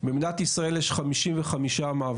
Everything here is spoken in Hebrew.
במדינת ישראל יש 55 מעברים,